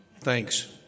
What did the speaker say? Thanks